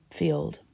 field